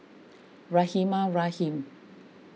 Rahimah Rahim